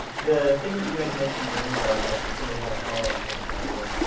the thing that you guys mentioned during the broadcast that somebody had a follow up question on it was,